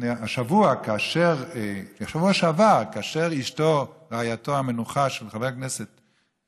בשבוע שעבר שכאשר רעייתו המנוחה של חבר הכנסת